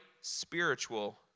spiritual